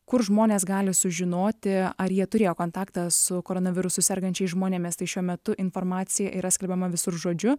kur žmonės gali sužinoti ar jie turėjo kontaktą su koronavirusu sergančiais žmonėmis tai šiuo metu informacija yra skelbiama visur žodžiu